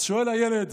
אז שואל הילד: